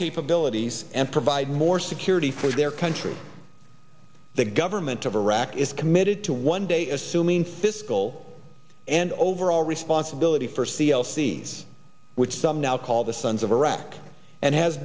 capabilities and provide more security for their country the government of iraq is committed to one day assuming fiscal and overall responsibility for c l c s which some now call the sons of iraq and has